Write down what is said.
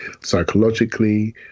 psychologically